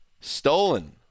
stolen